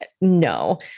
no